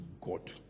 God